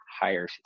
higher